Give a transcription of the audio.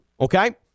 Okay